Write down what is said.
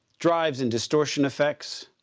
drives and distortion effects.